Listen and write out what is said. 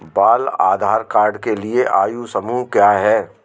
बाल आधार कार्ड के लिए आयु समूह क्या है?